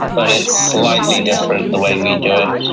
but its slightly different the way we do it,